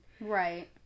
right